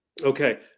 Okay